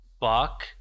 Buck